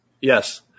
Yes